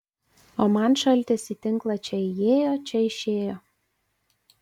o man šaltis į tinklą čia įėjo čia išėjo